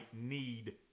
need